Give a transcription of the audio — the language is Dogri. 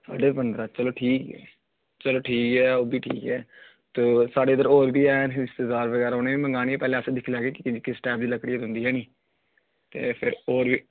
साड्डे पंदरा चलो ठीक ऐ चलो ठीक ऐ ओह् बी ठीक ऐ ते स्हाड़ै इद्धर होर बी हैन रिश्तेदार बगैरा उनें बी मंगानी ही पेह्लें अस दिक्खी लैगे कि किन्नी किस टाइप दी लक्कड़ी ऐ तुं'दी हैनी ते फिर होर बी